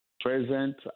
present